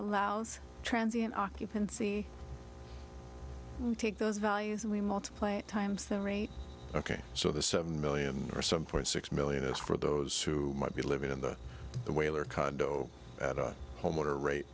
allows transients occupancy take those values and we multiply it times the rate ok so the seven million or some point six million is for those who might be living in the whale or condo at a homeowner rate